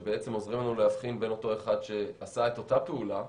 תבחינים שבעצם עוזרים לנו להבחין בין אותו אחד שעשה את אותה פעולה,